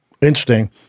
interesting